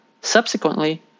subsequently